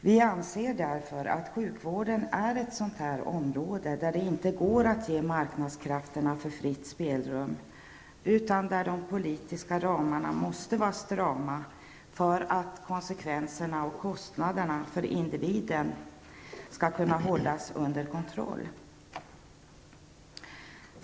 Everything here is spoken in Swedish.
Vi i vänsterpartiet anser att sjukvården är ett sådant område där marknadskrafterna inte kan få fritt spelrum, utan där de politiska ramarna måste vara strama för att konsekvenserna och kostnaderna för individen skall kunna hållas under kontroll.